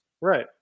Right